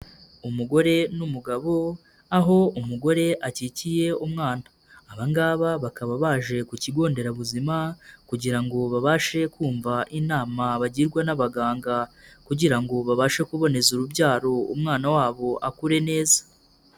Umugore n'umugabo aho umugore akikiye umwana, aba ngaba bakaba baje ku kigonderabuzima kugira ngo babashe kumva inama bagirwa n'abaganga kugira ngo babashe kuboneza urubyaro umwana wabo akure neza.